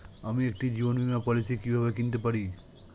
আমি একটি জীবন বীমা পলিসি কিভাবে কিনতে পারি?